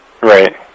Right